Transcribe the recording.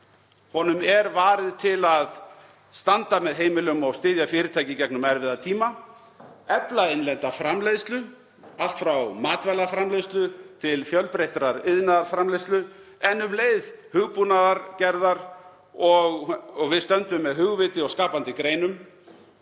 Honum er varið til aðstanda með heimilunum og styðja fyrirtæki í gegnum erfiða tíma; efla innlenda framleiðslu, allt frá matvælaframleiðslu til fjölbreyttrar iðnaðarframleiðslu, en um leið hugbúnaðargerð og við stöndum með hugviti og skapandi greinum.